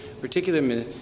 particular